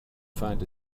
find